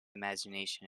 imagination